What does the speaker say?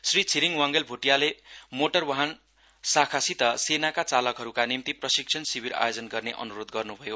श्री छिरिङ वाङगेल भोटियाले मोटर वाहन शाखासित सेनाका चालकहरुका निम्ति प्रशिक्षण शिविर आयोजन गर्ने अन्रोध गर्न्भयो